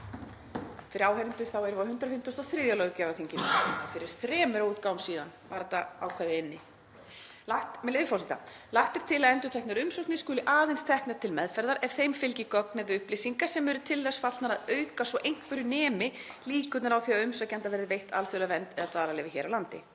Fyrir áheyrendur þá erum við á 153. löggjafarþingi. Fyrir þremur útgáfum síðan var þetta ákvæði inni. Með leyfi forseta: „„Lagt er til að endurteknar umsóknir skuli aðeins teknar til meðferðar ef þeim fylgi gögn eða upplýsingar sem eru til þess fallnar að auka svo einhverju nemi líkurnar á því að umsækjanda verði veitt alþjóðleg vernd eða dvalarleyfi hér á landi